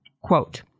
quote